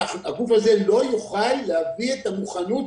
הגוף הזה לא יוכל להביא את המוכנות